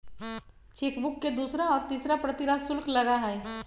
chequebook के दूसरा और तीसरा प्रति ला शुल्क लगा हई